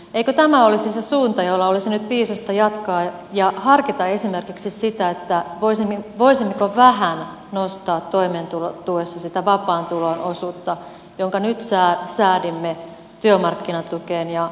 eikö tämä olisi se suunta jolla olisi nyt viisasta jatkaa ja harkita esimerkiksi sitä voisimmeko vähän nostaa toimeentulotuessa sitä vapaan tulon osuutta jonka nyt säädimme työmarkkinatukeen ja asumistukeen